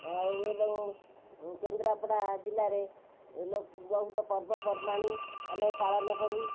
ଆଉ ଏବଂ କେନ୍ଦ୍ରାପଡ଼ା ଜିଲ୍ଲାରେ ବହୁତ ପର୍ବପର୍ବାଣି ଆମେ ପାଳନ କରୁ